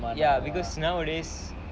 ya because nowadays